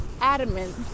adamant